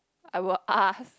I will ask